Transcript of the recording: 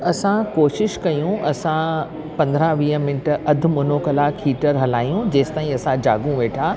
त असां कोशिशि कयूं त असां पंद्रहं वीह मिंट अधि मुनो कलाकु मोटर हलायूं जेसि ताईं असां जाॻूं वेठा